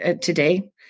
today